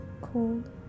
cold